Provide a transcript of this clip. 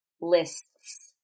lists